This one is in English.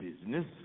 business